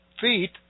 feet